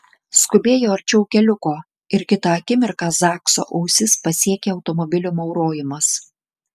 skubėjo arčiau keliuko ir kitą akimirką zakso ausis pasiekė automobilio maurojimas